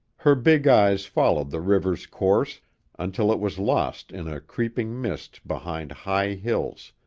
her big eyes followed the river's course until it was lost in a creeping mist behind high hills,